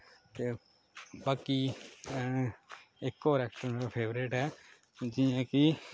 ते बाकी इक होर ऐक्टर न मेरा फेवरट ऐ जियां कि